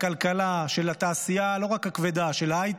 הכלכלה, התעשייה, לא רק כבדה, של ההייטק,